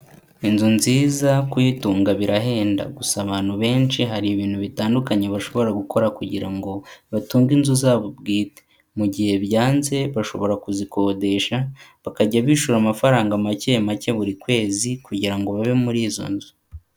Inzu nziza kuyitunga birahenda, gusa abantu benshi hari ibintu bitandukanye bashobora gukora kugira ngo batunge inzu zabo bwite, mu gihe byanze bashobora kuzikodesha bakajya bishura amafaranga make make buri kwezi kugira ngo babe muri izo nzu.